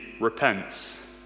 repents